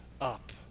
up